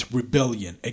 rebellion